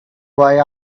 boy